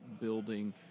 building